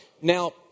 Now